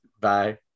Bye